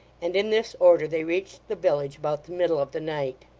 and in this order they reached the village about the middle of the night.